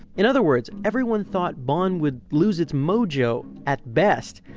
in other words, everyone thought bonn would lose its mojo at best,